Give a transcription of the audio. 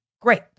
great